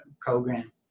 program